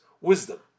wisdom